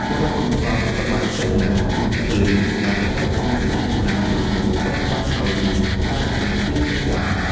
បុរសកំសត់សប្បាយចិត្ត ណាស់ ព្រោះឃើញចំការរបស់ខ្លួន មានដំណាំគ្រប់មុខ ដុះឡើងដោយមានផ្លែផ្កាពាសពេញដើម ។